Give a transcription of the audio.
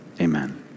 Amen